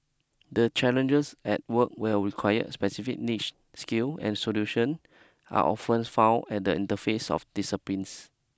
the challenges at work will require specific niche skill and solution are often found at the interface of disciplines